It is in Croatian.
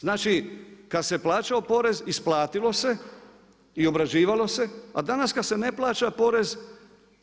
Znači, kad se plaćao porez, isplatilo se, i obrađivalo se, a danas kad se ne plaća porez,